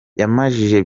yambajije